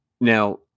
now